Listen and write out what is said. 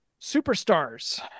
Superstars